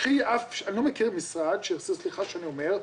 אני לא מכיר משרד - סליחה שאני אומר,